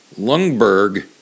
Lungberg